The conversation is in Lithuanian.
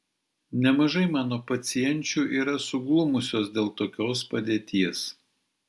nemažai mano pacienčių yra suglumusios dėl tokios padėties